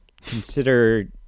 Consider